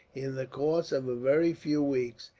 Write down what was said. in the course of a very few weeks,